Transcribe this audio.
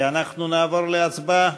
אנחנו נעבור להצבעה.